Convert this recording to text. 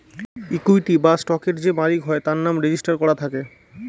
equity বা স্টকের যে মালিক হয় তার নাম রেজিস্টার করা থাকে